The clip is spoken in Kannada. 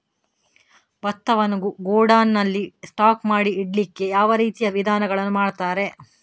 ಭತ್ತವನ್ನು ಗೋಡೌನ್ ನಲ್ಲಿ ಸ್ಟಾಕ್ ಮಾಡಿ ಇಡ್ಲಿಕ್ಕೆ ಯಾವ ರೀತಿಯ ವಿಧಾನಗಳನ್ನು ಮಾಡ್ತಾರೆ?